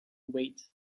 wait